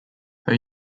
his